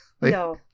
no